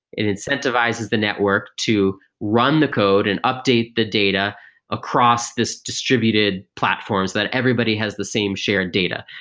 it incentivizes the network to run the code and update the data across this distributed platforms, that everybody has the same shared data,